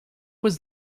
was